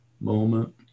moment